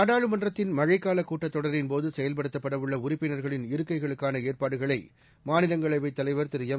நாடாளுமன்றத்தின் மழைக்காலகூட்டத்தொடரின் போதுசெயல்படுத்தப்படவுள்ளஉறுப்பினர்களின் இருக்கைகளுக்கானஏற்பாடுகளைமாநிலங்களவைத் வெங்கையாநாயுடு தலைவர் எம்